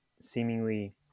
seemingly